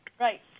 Right